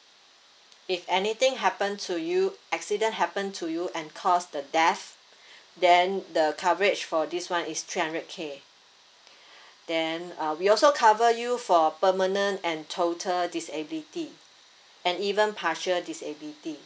if anything happened to you accident happened to you and caused the death then the coverage for this one is three hundred K then uh we also cover you for permanent and total disability and even partial disability